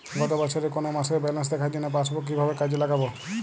গত বছরের কোনো মাসের ব্যালেন্স দেখার জন্য পাসবুক কীভাবে কাজে লাগাব?